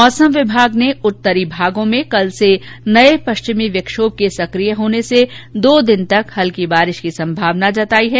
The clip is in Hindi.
मौसम विभाग ने उत्तरी भागों में कल से नये पश्चिमी विक्षोभ के सकिय होने से दो दिन तक हल्की बारिश की संभावना जताई है